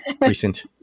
recent